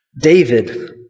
David